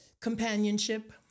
companionship